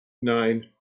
nine